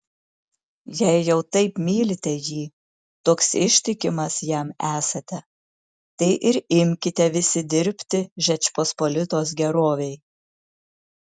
jei jau taip mylite jį toks ištikimas jam esate tai ir imkite visi dirbti žečpospolitos gerovei